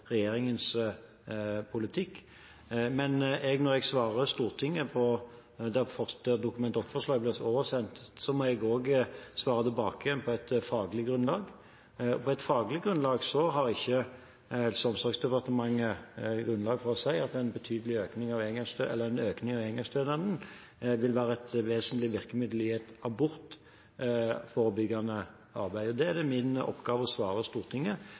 regjeringens politikk. Når Dokument 8-forslag blir oversendt, må jeg også svare tilbake på et faglig grunnlag. Og på et faglig grunnlag har ikke Helse- og omsorgsdepartementet grunnlag for å si at en økning av engangsstønaden vil være et vesentlig virkemiddel i et abortforebyggende arbeid. Det er det min oppgave å svare Stortinget.